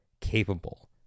capable